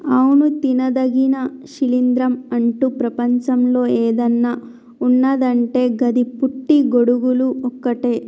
అవును తినదగిన శిలీంద్రం అంటు ప్రపంచంలో ఏదన్న ఉన్నదంటే గది పుట్టి గొడుగులు ఒక్కటే